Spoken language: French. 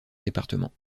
département